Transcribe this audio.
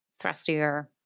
thrustier